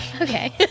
okay